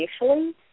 initially